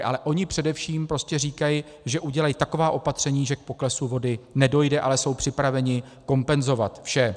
Ale oni především říkají, že udělají taková opatření, že k poklesu vody nedojde, ale jsou připraveni kompenzovat vše.